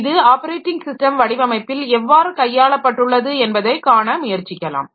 இது operating system வடிவமைப்பில் எவ்வாறு கையாளப்பட்டுள்ளது என்பதை காண முயற்சிக்கலாம்